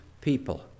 people